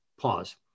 pause